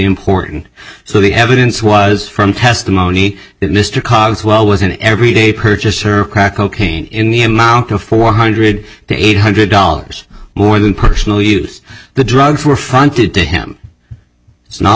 important so the evidence was from testimony that mr cogswell was an everyday purchaser of crack cocaine in the amount of four hundred to eight hundred dollars more than personal use the drugs were funded to him it's not